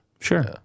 Sure